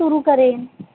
सुरू करेन